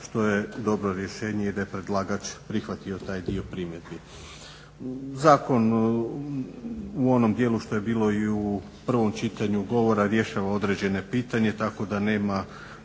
što je dobro rješenje jer je predlagač prihvatio taj dio primjedbi. Zakon u onom dijelu što je bilo i u prvom čitanju govora rješava određena pitanja, tako da nema